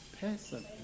person